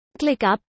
ClickUp